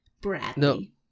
Bradley